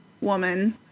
woman